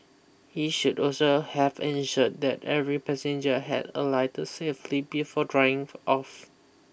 he should also have ensured that every passenger had alighted safely before driving off